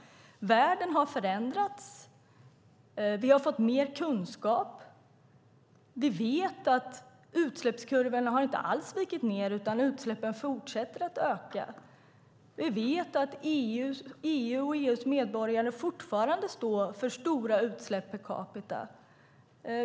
Världen har förändrats, och vi har fått mer kunskap. Vi vet att utsläppskurvorna inte alls har gått nedåt utan att utsläppen fortsätter att öka. Vi vet att EU och EU:s medborgare fortfarande står för stora utsläpp per capita.